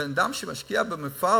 אדם שמשקיע במפעל